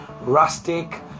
rustic